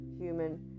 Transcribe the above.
human